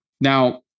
now